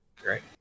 Great